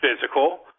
physical